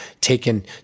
taken